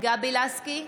גבי לסקי,